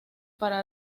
para